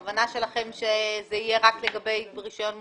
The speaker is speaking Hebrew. הכוונה שלכם היא שזה יהיה רק לגבי רישיון מורחב?